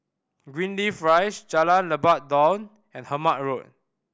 Greenleaf Rise Jalan Lebat Daun and Hemmant Road